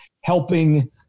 helping